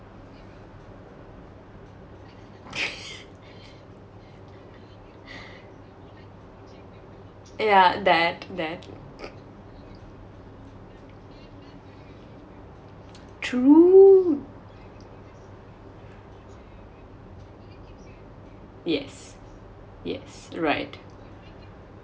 yeah that that true yes yes right